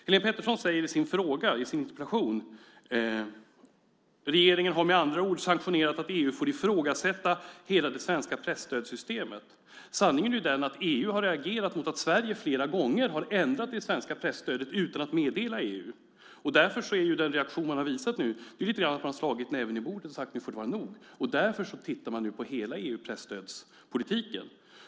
Helene Petersson säger i sin interpellation: "Regeringen har med andra ord sanktionerat att EU får ifrågasätta hela det svenska presstödssystemet .." Men sanningen är ju att EU har reagerat på att Sverige flera gånger har ändrat i det svenska presstödet utan att meddela EU. Därför är den reaktion man nu visat lite grann att slå näven i bordet och att säga att det nu får vara nog. Därför tittar man nu på hela EU-presstödspolitiken.